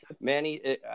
Manny